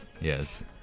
Yes